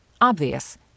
Obvious